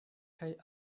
kaj